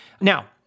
Now